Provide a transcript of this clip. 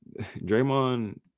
Draymond